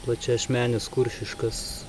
plačiaašmenis kuršiškas